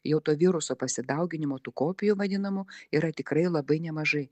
jau to viruso pasidauginimo tų kopijų vadinamų yra tikrai labai nemažai